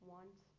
Want